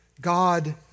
God